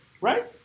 Right